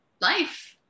life